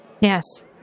Yes